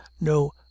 no